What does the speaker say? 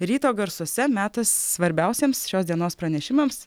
ryto garsuose metas svarbiausiems šios dienos pranešimams